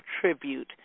tribute